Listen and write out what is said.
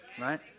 right